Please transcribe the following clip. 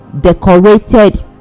decorated